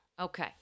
Okay